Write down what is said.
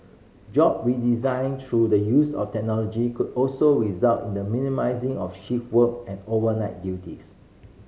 job redesign through the use of technology could also result in the minimising of shift work and overnight duties